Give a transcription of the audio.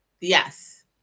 Yes